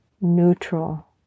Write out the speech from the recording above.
neutral